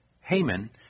Haman